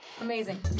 amazing